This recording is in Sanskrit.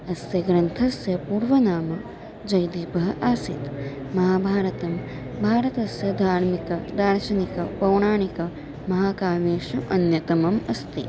अस्य ग्रन्थस्य पूर्वनाम जयदीपः आसीत् महाभारतं भारतस्य धार्मिकदार्शनिकपौराणिकमहाकाव्येषु अन्यतमम् अस्ति